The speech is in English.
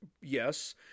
Yes